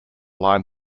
line